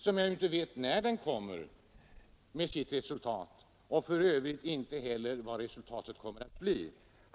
Man vet ju inte när den framlägger sitt resultat och för övrigt inte heller vad resultatet kommer att bli.